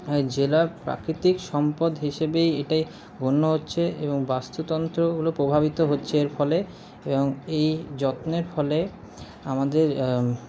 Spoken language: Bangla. জেলার প্রাকৃতিক সম্পদ হিসাবে এটাই গণ্য হচ্ছে এবং বাস্তুতন্ত্রগুলো প্রভাবিত হচ্ছে এর ফলে এবং এই যত্নের ফলে আমাদের